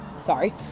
Sorry